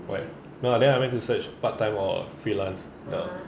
what no lah then I went to search part-time or freelance 的